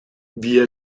wir